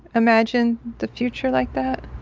imagine the future like that?